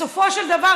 בסופו של דבר,